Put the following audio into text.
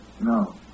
No